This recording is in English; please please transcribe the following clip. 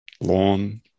lawn